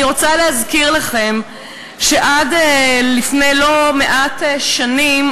אני רוצה להזכיר לכם שעד לפני לא מעט שנים,